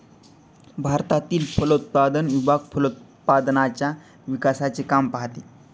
भारतातील फलोत्पादन विभाग फलोत्पादनाच्या विकासाचे काम पाहतो